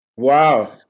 Wow